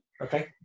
Okay